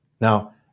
now